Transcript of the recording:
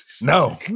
No